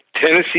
Tennessee